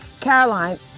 Caroline